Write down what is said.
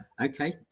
okay